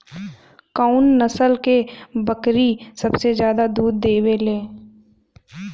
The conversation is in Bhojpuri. कउन नस्ल के बकरी सबसे ज्यादा दूध देवे लें?